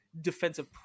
defensive